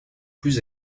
plus